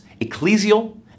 ecclesial